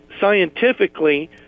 scientifically